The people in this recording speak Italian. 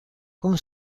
con